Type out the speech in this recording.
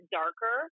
darker